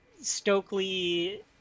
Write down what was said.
Stokely